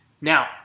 Now